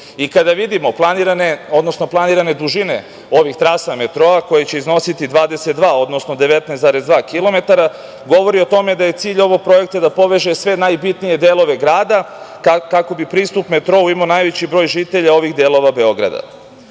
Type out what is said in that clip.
odnosno planirane dužine ovih trasa metroa koje će iznositi 22, odnosno 19,2 kilometara, govori o tome da je cilj ovog projekta da poveže sve najbitnije delove grada, kako bi pristup metrou imao najveći broj žitelja ovih delova Beograda. Svakako